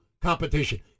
competition